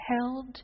held